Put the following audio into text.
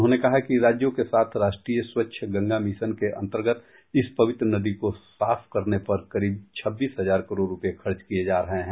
उन्होंने कहा कि राज्यों के साथ राष्ट्रीय स्वच्छ गंगा मिशन के अंतर्गत इस पवित्र नदी को साफ करने पर करीब छब्बीस हजार करोड़ रूपए खर्च किए जा रहे हैं